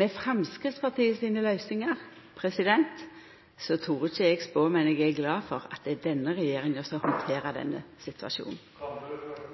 Med Framstegspartiet sine løysingar torer eg ikkje å spå, men eg er glad for at det er denne regjeringa som handterer denne situasjonen.